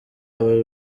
aba